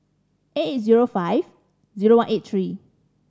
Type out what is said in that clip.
eight eight zero five zero one eight three